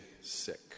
sick